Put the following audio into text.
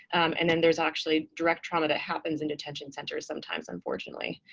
and then there's actually direct trauma that happens in detention centers sometimes, unfortunately.